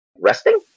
resting